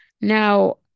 Now